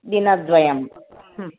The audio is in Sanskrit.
दिनद्वयं